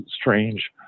strange